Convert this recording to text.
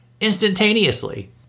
instantaneously